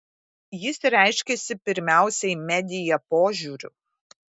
jis reiškiasi pirmiausiai media požiūriu